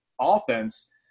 offense